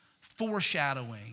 foreshadowing